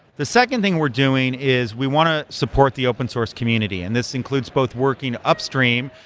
the second thing we're doing is we want to support the open source community, and this includes both working upstream,